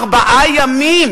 ארבעה ימים